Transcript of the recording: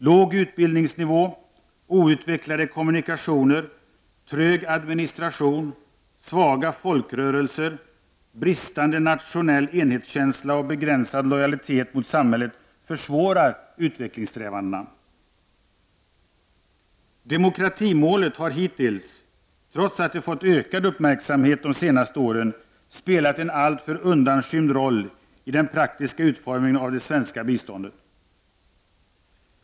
Låg utbildningsnivå, outvecklade kommunikationer, trög administration, svaga folkrörelser, bristande nationell enhetskänsla och begränsad lojalitet mot samhället försvårar utvecklingssträvandena. Demokratimålet har hittills, trots att det fått ökad uppmärksamhet de senaste åren, spelat en alltför undanskymd roll i den praktiska utformningen av det svenska biståndet.